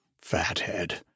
Fathead